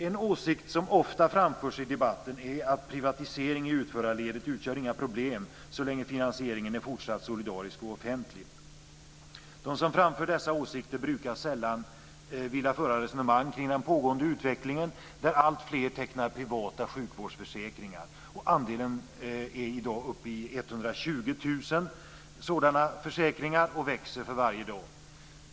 En åsikt som ofta framförs i debatten är att privatisering i utförarledet inte utgör några problem så länge finansieringen är fortsatt solidarisk och offentlig. De som framför dessa åsikter brukar sällan vilja föra resonemang kring den pågående utvecklingen, där alltfler tecknar privata sjukvårdsförsäkringar. Vi är i dag uppe i 120 000 sådana försäkringar, och andelen växer för varje dag.